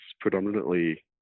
predominantly